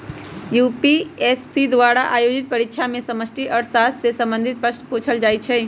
UPSC द्वारा आयोजित परीक्षा में समष्टि अर्थशास्त्र से संबंधित प्रश्न पूछल जाइ छै